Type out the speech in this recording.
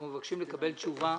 אנחנו מבקשים לקבל תשובה